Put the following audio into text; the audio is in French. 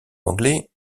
anglais